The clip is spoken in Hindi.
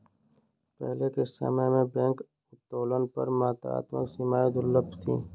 पहले के समय में बैंक उत्तोलन पर मात्रात्मक सीमाएं दुर्लभ थीं